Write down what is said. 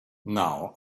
now